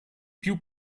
più